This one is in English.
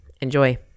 Enjoy